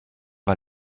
war